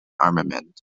armament